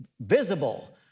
visible